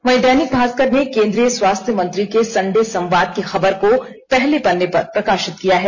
वहीं दैनिक भास्कर ने केंद्रीय स्वास्थ मंत्री के संडे संवाद की खबर को अपने पहले पन्ने पर प्रकाशित किया है